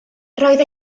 roedd